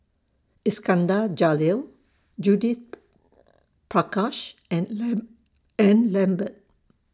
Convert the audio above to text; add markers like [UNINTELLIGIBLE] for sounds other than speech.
Iskandar Jalil Judith Prakash and [UNINTELLIGIBLE] and Lambert